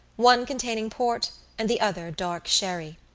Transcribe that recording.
one containing port and the other dark sherry.